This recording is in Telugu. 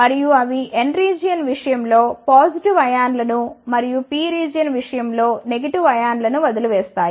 మరియు అవి N రీజియన్ విషయం లో పాజిటివ్ అయాన్లను మరియు P రీజియన్ విషయం లో నెగెటివ్ అయాన్లను వదిలివేస్తాయి